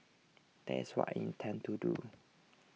that's what I intend to do